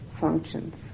functions